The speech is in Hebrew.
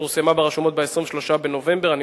שפורסמה ברשומות ב-23 בנובמבר 2009: